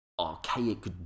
archaic